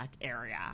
area